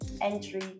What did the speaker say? entry